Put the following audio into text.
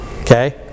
okay